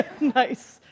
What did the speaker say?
Nice